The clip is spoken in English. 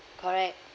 correct